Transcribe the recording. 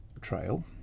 Trail